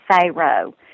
Pharaoh